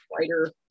Writer